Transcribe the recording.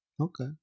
Okay